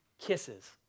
kisses